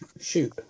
shoot